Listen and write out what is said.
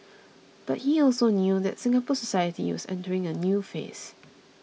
but he also knew that Singapore society was entering a new phase